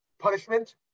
punishment